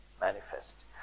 manifest